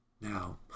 Now